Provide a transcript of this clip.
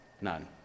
None